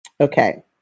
Okay